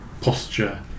posture